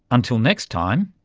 until next time,